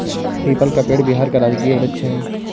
people का पेड़ बिहार का राजकीय वृक्ष है